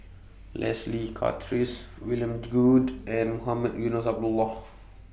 Leslie Charteris William Goode and Mohamed Eunos Abdullah